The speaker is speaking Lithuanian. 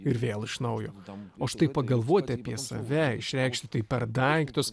ir vėl iš naujo o štai pagalvoti apie save išreikšti tai per daiktus